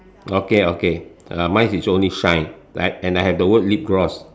okay okay uh mine is only shine and I and I have the word lip gloss